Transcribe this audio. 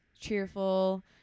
cheerful